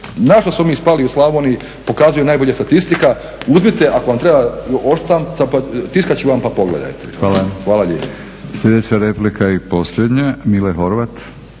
Na što smo mi spali u Slavoniji pokazuju najbolje statistika. Uzmite ako vam treba, tiskat ću vam pa pogledajte. Hvala lijepo. **Batinić, Milorad (HNS)** Hvala. Sljedeća replika i posljednja. Mile Horvat,